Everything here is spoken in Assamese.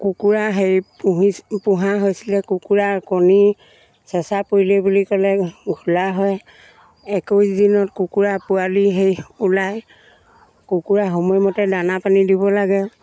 কুকুৰা হেৰি পুহি পোহা হৈছিলে কুকুৰাৰ কণী চেঁচা পৰিলে বুলি ক'লে ঘোলা হয় একৈছ দিনত কুকুৰা পোৱালি সেই ওলাই কুকুৰা সময়মতে দানা পানী দিব লাগে